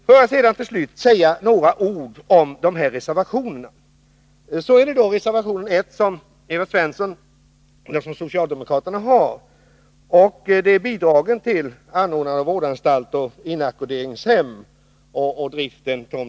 Får jag till slut säga några ord om de reservationer som fogats till socialutskottets betänkande. Reservation 1 av socialdemokraterna gäller bidragen till anordnande av vårdanstalter och inackorderingshem.